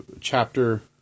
chapter